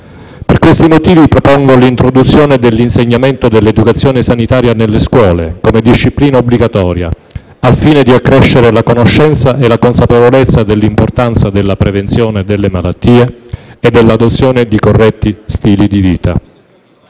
Per questi motivi propongo l'introduzione dell'insegnamento dell'educazione sanitaria nelle scuole come disciplina obbligatoria al fine di accrescere la conoscenza e la consapevolezza dell'importanza della prevenzione delle malattie e dell'adozione di corretti stili di vita.